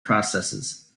processes